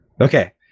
okay